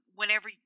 whenever